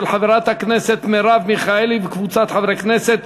של חברת הכנסת מרב מיכאלי וקבוצת חברי הכנסת.